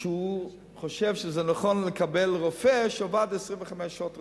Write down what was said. הוא חושב שזה נכון לקבל רופא שעבד 25 שעות רצופות.